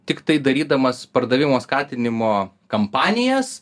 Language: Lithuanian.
tiktai darydamas pardavimo skatinimo kampanijas